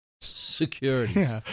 securities